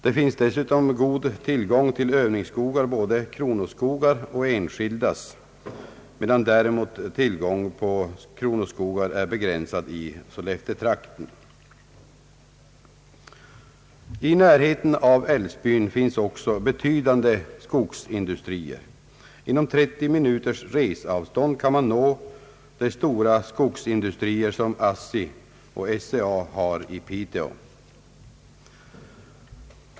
Det finns dessutom god tillgång till övningsskogar, både kronoskogar och enskilda, medan tillgång på kronoskogar däremot är begränsad i Sollefteåtrakten. I närheten av Älvsbyn finns också betydande skogsindustrier. Inom 30 minuters resavstånd kan man nå de stora skogsindustrier som ASSI och SCA har i Piteå.